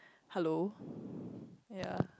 hello ya